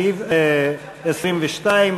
סעיף 22,